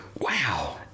Wow